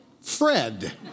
Fred